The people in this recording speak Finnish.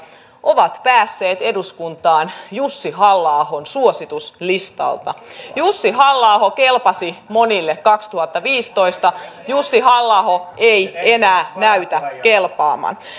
ovat päässeet eduskuntaan jussi halla ahon suosituslistalta jussi halla aho kelpasi monille kaksituhattaviisitoista jussi halla aho ei ei enää näytä kelpaavan